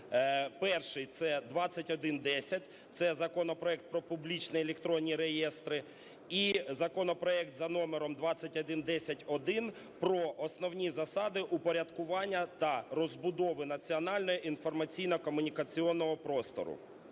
Перший – це 2110, це законопроект про публічні електронні реєстри. І законопроект за номером 2110-1: про основні засади упорядкування та розбудови національного інформаційно-комунікаційного простору.